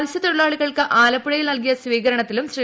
മത്സ്യത്തൊഴിലാളികൾക്ക് ആലപ്പുഴയിൽ നൽകിയ സ്വീകരണത്തിലും ശ്രീ